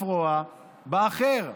לפרוע באחר.